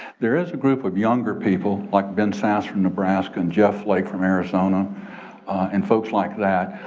there is a group of younger people like ben sasse from nebraska and jeff flake from arizona and folks like that.